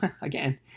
again